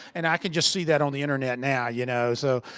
and i can just see that on the internet now. you know so,